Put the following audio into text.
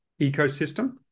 ecosystem